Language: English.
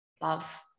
love